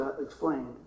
explained